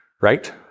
right